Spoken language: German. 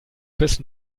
bis